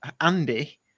Andy